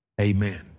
amen